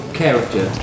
character